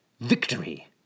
victory